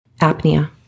Apnea